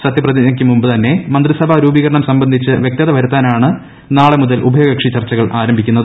സത്യപ്രതിജ്ഞക്ക് മുമ്പ് തന്നെ മന്ത്രിസഭാ രൂപീകരണം സംബന്ധിച്ച് വ്യക്തത വരുത്താനാണ് നാളെ മുതൽ ഉഭയകക്ഷി ചർച്ചകൾ ആരംഭിക്കുന്നത്